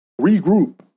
Regroup